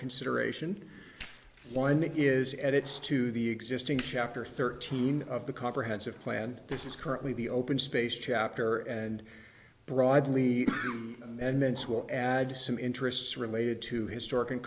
consideration one that is at its to the existing chapter thirteen of the comprehensive plan this is currently the open space chapter and broadly and thence will add some interests related to historic and